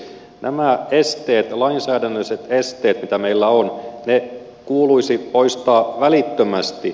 nämä lainsäädännölliset esteet mitä meillä on kuuluisi poistaa välittömästi